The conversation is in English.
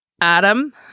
Adam